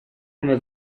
come